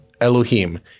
Elohim